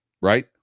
right